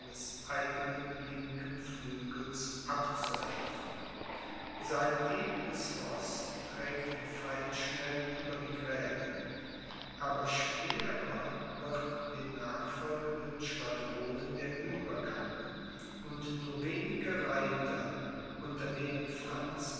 eigenen linken flügels abzuhelfen sein edles roß trägt ihn pfeilschnell über die gräben aber schwerer wird den nachfolgenden schwadronen der uebergang und nur wenige reiter unter denen franz